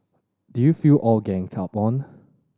did you feel all ganged up on